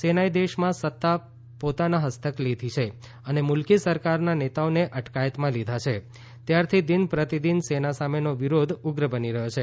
સેનાએ દેશમાં સત્તા પોતાના હસ્તક લીધી છે અને મુલકી સરકારના નેતાઓને અટકાયતમાં લીધા છે ત્યારથી દિન પ્રતિદિન સેના સામેનો વિરોધ ઉગ્ર બની રહયો છે